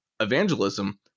evangelism